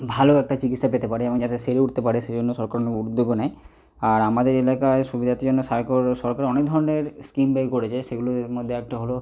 ভালো একটা চিকিৎসা পেতে পারে এবং যাতে সেরে উঠতে পারে সেজন্য সরকার অনেক উদ্যোগও নেয় আর আমাদের এলাকায় সুবিধার্থে জন্য সরকার অনেক ধরনের স্কিম বের করেছে সেগুলোর মধ্যে একটা হল